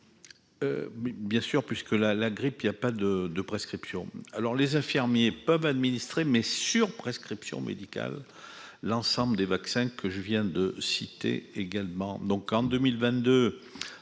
bien sûr, puisque la la grippe, il y a pas de de prescription alors les infirmiers peuvent administrer mais sur prescription médicale, l'ensemble des vaccins que je viens de citer également donc en 2022,